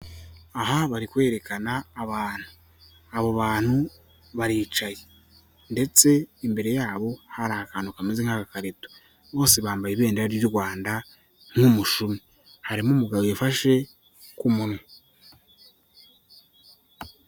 Aha bari kwerekana abantu, abo bantu baricaye ndetse imbere yabo hari akantu kameze nk'agakarito, bose bambaye ibendera ry'u Rwanda nk'umushumi, harimo umugabo wifashe ku munwa.